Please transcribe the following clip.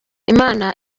imana